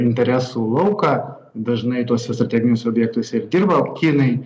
interesų lauką dažnai tuose strateginiuose objektuose ir dirba kinai